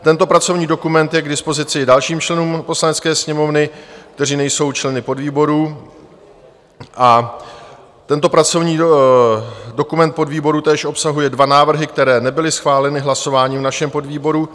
Tento pracovní dokument je k dispozici i dalším členům Poslanecké sněmovny, kteří nejsou členy podvýboru, a tento pracovní dokument podvýboru též obsahuje dva návrhy, které nebyly schváleny hlasováním v našem podvýboru.